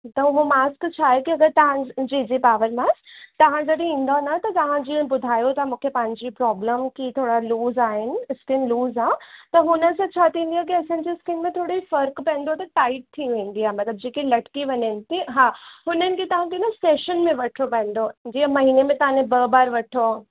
त उहो मास्क छा आहे की अगरि तव्हांजी जी पावर मास्क तव्हां जॾहिं ईंदा न तव्हां जीअं ॿुधायो था मूंखे पंहिंजी प्रोब्लम की थोरा लूज आहिनि स्किन लूज आहे त हुन सां छा थींदी आहे की असांजी स्किन में थोरी फ़र्क़ु पवंदो आहे त थोरी टाइट थी वेंदी आहे मतिलबु जेके लटके वञनि थी हा हुननि खे तव्हांखे न फेशियल में वठिणो पवंदो जीअं महीने में तव्हां न ॿ बार वठो